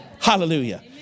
Hallelujah